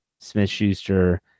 Smith-Schuster